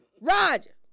Roger